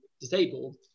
disabled